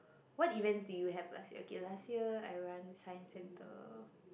what events did you have last year okay last year I run science-centre